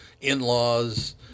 in-laws